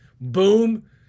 boom